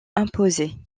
imposées